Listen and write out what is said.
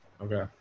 Okay